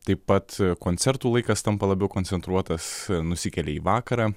taip pat koncertų laikas tampa labiau koncentruotas nusikelia į vakarą